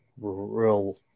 real